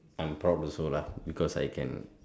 I'm proud also lah because I can